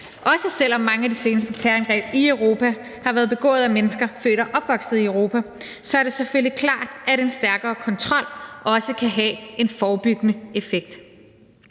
Og selv om mange af de seneste terrorangreb i Europa har været begået af mennesker født og opvokset i Europa, er det selvfølgelig klart, at en stærkere kontrol også kan have en forebyggende effekt.